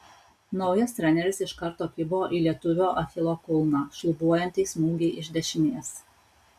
naujas treneris iš karto kibo į lietuvio achilo kulną šlubuojantį smūgį iš dešinės